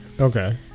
Okay